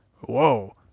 whoa